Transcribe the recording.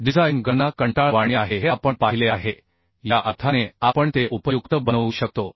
design गणना कंटाळवाणी आहे हे आपण पाहिले आहे या अर्थाने आपण ते उपयुक्त बनवू शकतो